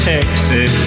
Texas